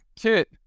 kit